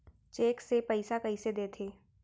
Cheque से पइसा कइसे देथे?